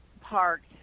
parked